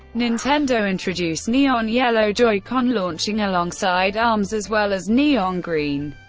nintendo introduced neon yellow joy-con, launching alongside arms as well as neon green,